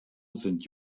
sind